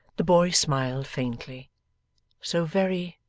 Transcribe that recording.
the boy smiled faintly so very,